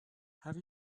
have